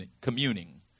communing